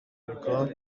grand